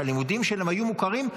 שהלימודים שלהם היו מוכרים,